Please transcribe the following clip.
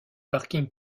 parking